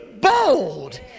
bold